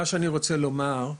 מה שאני רוצה לומר,